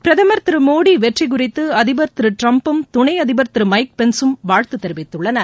பிரதம் திரு மோடி வெற்றி குறித்து அதிபர் திரு ட்டிரம்பும் துணை அதிபர் திரு மைக் பென்ஸும் வாழ்த்து தெரிவித்துள்ளனர்